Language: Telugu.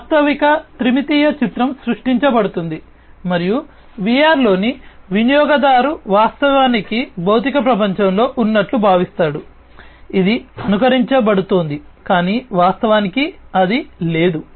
వాస్తవిక త్రిమితీయ చిత్రం సృష్టించబడుతుంది మరియు VR లోని వినియోగదారు వాస్తవానికి భౌతిక ప్రపంచంలో ఉన్నట్లు భావిస్తాడు ఇది అనుకరించబడుతోంది కానీ వాస్తవానికి అది లేదు